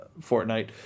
Fortnite